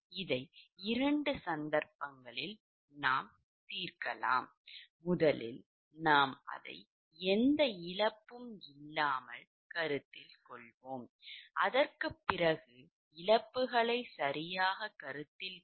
இதை இரண்டு சந்தர்ப்பங்களில் தீர்க்கவும் முதலில் நாம் அதைக் எந்த இழப்பும் இல்லாமல் கருத்தில் கொள்வோம் அதற்கு பிறகு இழப்புகளை சரியாகக் கருதவேண்டும்